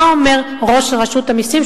מה אומר ראש רשות המסים,